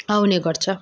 आउने गर्छ